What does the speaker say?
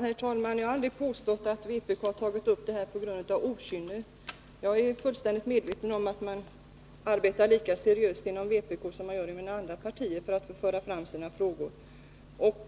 Herr talman! Jag har aldrig påstått att vpk tagit upp frågan på grund av okynne. Jag är fullständigt medveten om att man arbetar lika seriöst inom vpk som man gör inom andra partier med att föra fram sina frågor.